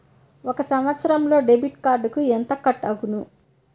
ఒక సంవత్సరంలో డెబిట్ కార్డుకు ఎంత కట్ అగును?